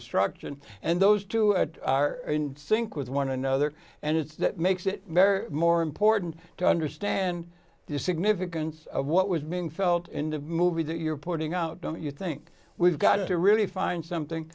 destruction and those two are in sync with one another and it's that makes it more important to understand the significance of what was being felt in the movie that you're putting out don't you think we've got to really find something